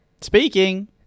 Speaking